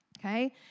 Okay